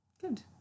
Good